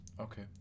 Okay